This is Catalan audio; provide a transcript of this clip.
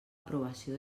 aprovació